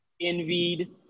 envied